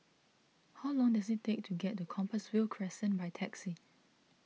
how long does it take to get to Compassvale Crescent by taxi